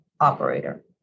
operator